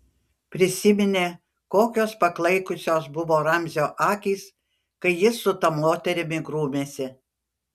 prisiminė kokios paklaikusios buvo ramzio akys kai jis su ta moterimi grūmėsi